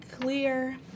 clear